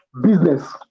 business